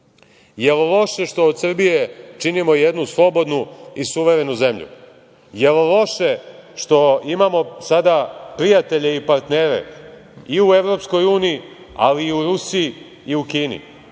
li je loše što od Srbije činimo jednu slobodnu i suverenu zemlju? Da li je loše što imamo sada prijatelje i partnere i u EU, ali i u Rusiji i Kini?